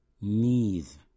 knees